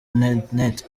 internet